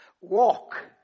Walk